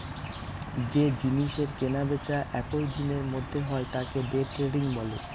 যে জিনিসের কেনা বেচা একই দিনের মধ্যে হয় তাকে দে ট্রেডিং বলে